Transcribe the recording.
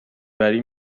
وری